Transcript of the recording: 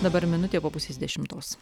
dabar minutė po pusės dešimtos